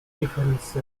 difference